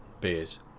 beers